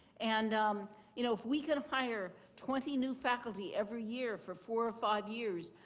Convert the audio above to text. and um you know if we can hire twenty new faculty every year for four or five years,